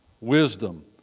Wisdom